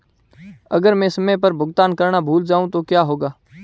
अगर मैं समय पर भुगतान करना भूल जाऊं तो क्या होगा?